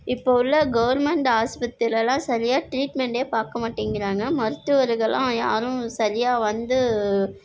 இப்போ உள்ள கவர்மெண்ட் ஆஸ்பத்திரிலெலாம் சரியாக ட்ரீட்மென்டே பார்க்க மாட்டேங்கிறாங்க மருத்துவர்கள்லாம் யாரும் சரியாக வந்து